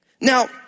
Now